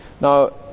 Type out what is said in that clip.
now